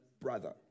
brother